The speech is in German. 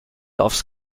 offs